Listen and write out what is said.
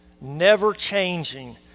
never-changing